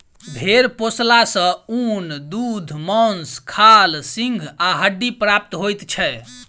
भेंड़ पोसला सॅ ऊन, दूध, मौंस, खाल, सींग आ हड्डी प्राप्त होइत छै